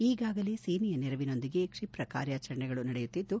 ಈಗಾಗಲೇ ಸೇನೆಯ ನೆರವಿನೊಂದಿಗೆ ಕ್ಷಿಪ್ರ ಕಾರ್ಯಾಚರಣೆಗಳು ನಡೆಯುತ್ತಿದ್ದು